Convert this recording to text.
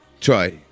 try